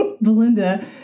Belinda